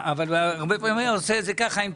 אבל הרבה פעמים הוא היה עושה תנועות,